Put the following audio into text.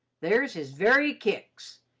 there's his very kicks,